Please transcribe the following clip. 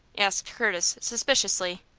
asked curtis, suspiciously.